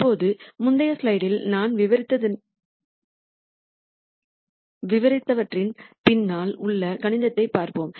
இப்போது முந்தைய ஸ்லைடில் நான் விவரித்தவற்றின் பின்னால் உள்ள கணிதத்தைப் பார்ப்போம்